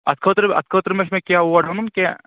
اَتھ خٲطرٕ اَتھ خٲطرٕ ما چھُ مےٚ کیٚنٛہہ اور اَنُن کیٚنٛہہ